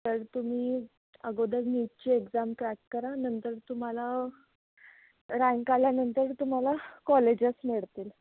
तर तुम्ही अगोदर नीटची एक्झाम क्रॅक करा नंतर तुम्हाला रँक आल्यानंतर तुम्हाला कॉलेजेस मिळतील